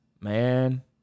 man